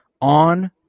on